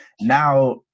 Now